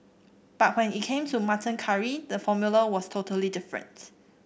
but when it came to mutton curry the formula was totally different